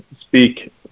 speak